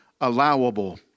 allowable